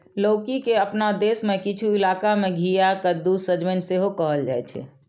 लौकी के अपना देश मे किछु इलाका मे घिया, कद्दू, सजमनि सेहो कहल जाइ छै